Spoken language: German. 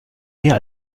mehr